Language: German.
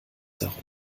herum